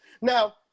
Now